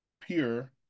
pure